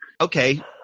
okay